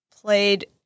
played